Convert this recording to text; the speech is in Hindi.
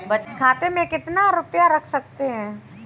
बचत खाते में कितना रुपया रख सकते हैं?